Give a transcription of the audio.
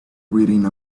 reading